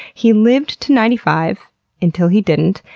he lived to ninety five until he didn't,